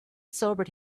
sobered